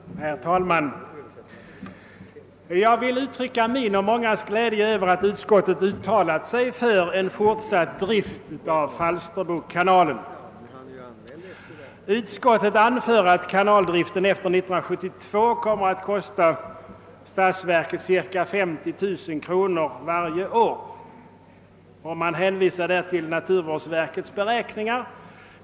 Herr talman! Jag vill uttrycka min och mångas glädje över att utskottet har uttalat sig för fortsatt drift av Falsterbokanalen. Utskottet anför att kanaldriften efter 1972 kommer att kosta statsverket cirka 50 000 kronor varje år, och man hänvisar till naturvårdsverkets beräkning.